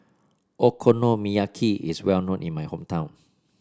okonomiyaki is well known in my hometown